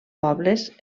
pobles